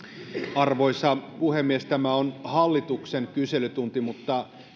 arvoisa puhemies tämä on hallituksen kyselytunti mutta